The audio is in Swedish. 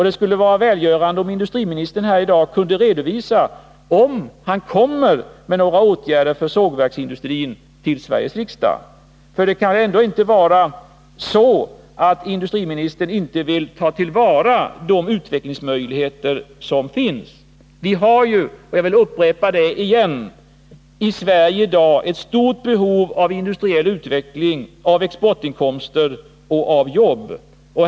Det skulle vara välgörande om industriministern här i dag kunde redovisa huruvida han kommer att förelägga Sveriges riksdag förslag om åtgärder för sågverksindustrin. För det kan ändå inte vara så, att industriministern inte vill ta till vara de utvecklingsmöjligheter som finns. Vi har ju i Sverige, och jag vill upprepa det, i dag ett stort behov av industriell utveckling, av exportinkomster och av jobb.